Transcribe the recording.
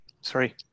Sorry